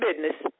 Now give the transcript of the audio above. business